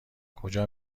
کجا